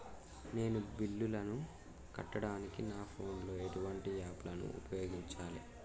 నేను బిల్లులను కట్టడానికి నా ఫోన్ లో ఎటువంటి యాప్ లను ఉపయోగించాలే?